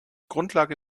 grundlage